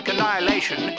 annihilation